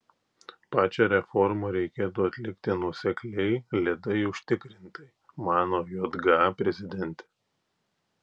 pačią reformą reikėtų atlikti nuosekliai lėtai užtikrintai mano jga prezidentė